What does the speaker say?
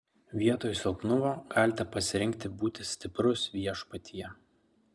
vietoj silpnumo galite pasirinkti būti stiprus viešpatyje